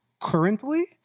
currently